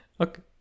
Okay